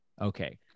okay